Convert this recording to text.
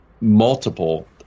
multiple